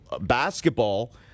basketball